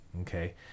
Okay